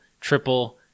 triple